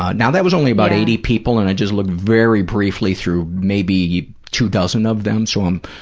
ah now, that was only about eighty people and i just looked very briefly through maybe two dozen of them, so i'm